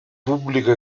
pubblico